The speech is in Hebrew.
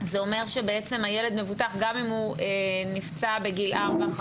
זה אומר שבעצם הילד מבוטח גם אם הוא נפצע בגיל ארבע,